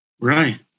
Right